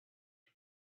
men